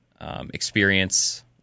experience